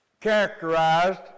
characterized